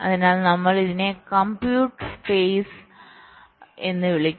അതിനാൽ നമ്മൾ ഇതിനെ കമ്പ്യൂട്ട് ഫേസ് എന്ന് വിളിക്കുന്നു